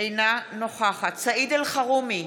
אינה נוכחת סעיד אלחרומי,